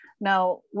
Now